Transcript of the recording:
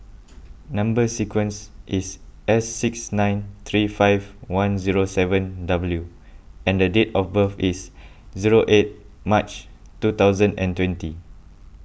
Number Sequence is S six nine three five one zero seven W and date of birth is zero eight March two thousand and twenty